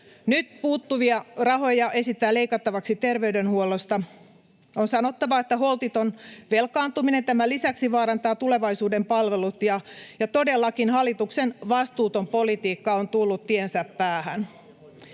Nyt puuttuvia rahoja esitetään leikattavaksi terveydenhuollosta. On sanottava, että holtiton velkaantuminen tämän lisäksi vaarantaa tulevaisuuden palvelut. Todellakin hallituksen vastuuton politiikka on tullut tiensä päähän.